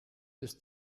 bis